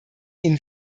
ihnen